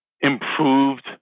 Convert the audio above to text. improved